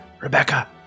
Rebecca